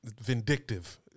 Vindictive